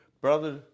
brother